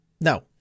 no